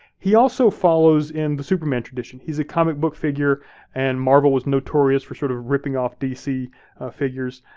he also follows in the superman tradition. he's a comic book figure and marvel is notorious for sort of ripping off dc figures.